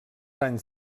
anys